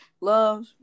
Love